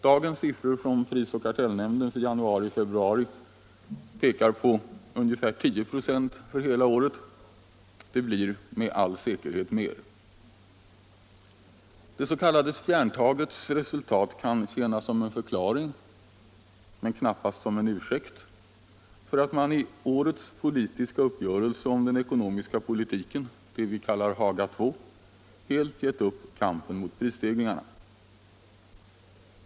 Dagens siffror från prisoch kartellnämnden för januari-februari pekar på ungefär 10 96 för hela året. Det blir med all säkerhet mer. Det s.k. spjärntagets resultat kan tjäna som förklaring, men knappast som en ursäkt, för att man i årets politiska uppgörelse om den ekonomiska politiken — det vi kallar för Haga II — helt gett upp kampen mot prisstegringarna.